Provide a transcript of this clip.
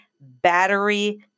battery